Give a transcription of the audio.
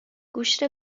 گوشت